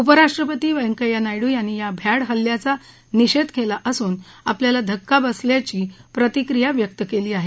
उपराष्ट्रपती व्यंकय्या नायडू यांनी या भ्याड हल्ल्याचा निषेध केला असून आपल्याला धक्का बसल्याची प्रतिक्रिया व्यक्त केली आहे